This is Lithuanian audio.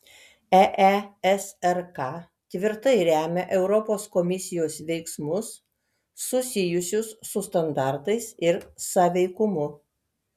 eesrk tvirtai remia europos komisijos veiksmus susijusius su standartais ir sąveikumu